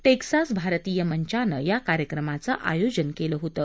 Texas भारतीय मंचानं या कार्यक्रमाचं आयोजन केलं होतं